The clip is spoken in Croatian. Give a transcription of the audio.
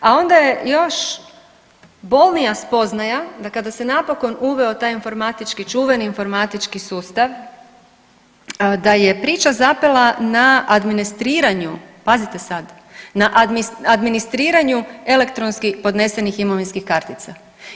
A onda je još bolnija spoznaja da kada se napon uveo taj informatički, čuveni informatički sustav, da je priča zapela na administriranju, pazite sad na administriranju elektronski podnesenih imovinskih kartica.